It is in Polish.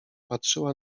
patrzyła